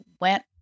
went